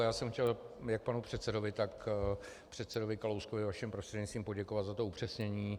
Já jsem chtěl jak panu předsedovi, tak předsedovi Kalouskovi vaším prostřednictvím poděkovat za to upřesnění.